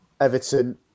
Everton